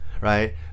Right